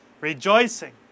rejoicing